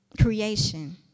creation